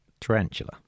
Tarantula